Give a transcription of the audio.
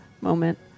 moment